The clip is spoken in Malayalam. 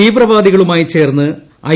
തീവ്രവാദികളുമായി ചേർന്ന് ഐ